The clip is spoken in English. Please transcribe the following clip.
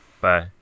Bye